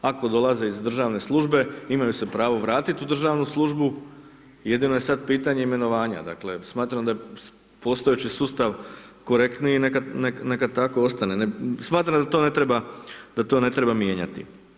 Ako dolaze iz državne službe, imaju se pravo vratiti u državnu službu, jedino je sad pitanje imenovanja, dakle smatram da je postojeći sustav korektniji, neka tako i ostane, smatram da to ne treba mijenjati.